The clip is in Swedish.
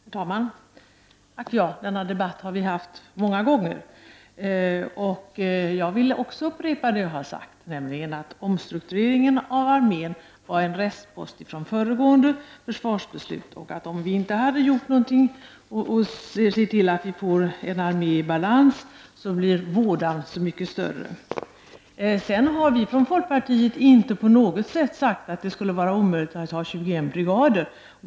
Herr talman! Ack ja, denna debatt har vi haft många gånger. Jag vill också upprepa det jag har sagt, nämligen att omstruktureringen av armén var en restpost från föregående försvarsbeslut. Om vi inte hade gjort någonting för att se till att få en armé i balans, hade vådan blivit så mycket större. Sedan har vi från folkpartiet inte på något sätt sagt att det skulle vara omöjligt att ha 21 brigader.